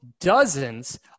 dozens